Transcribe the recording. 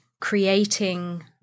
creating